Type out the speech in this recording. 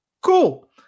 Cool